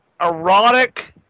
erotic